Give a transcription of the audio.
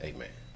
Amen